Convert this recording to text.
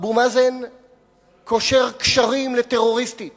אבו מאזן קושר קשרים לטרוריסטית